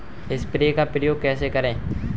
Sprayer का उपयोग कैसे करें?